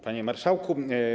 Panie Marszałku!